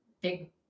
big